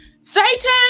Satan